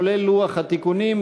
כולל לוח התיקונים,